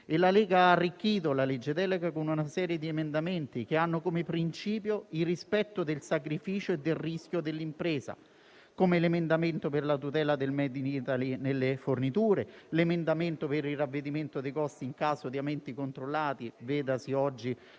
La Lega ha arricchito la legge delega con una serie di emendamenti che hanno come principio il rispetto del sacrificio e del rischio dell'impresa. Penso, ad esempio, all'emendamento per la tutela del *made in Italy* nelle forniture, all'emendamento per il ravvedimento dei costi in caso di aumenti controllati (vedasi oggi